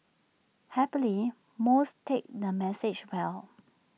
happily most take the message well